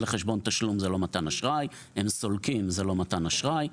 חשבון תשלום וסולקים; זה לא מתן אשראי.